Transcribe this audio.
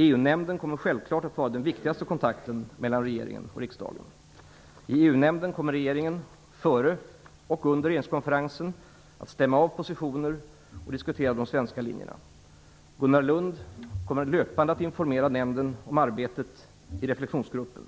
EU-nämnden kommer självfallet att vara den viktigaste kontakten mellan regeringen och riksdagen. I EU-nämnden kommer regeringen före och under regeringskonferensen att stämma av positioner och diskutera de svenska linjerna. Gunnar Lund kommer löpande att informera nämnden om arbetet i reflexionsgruppen.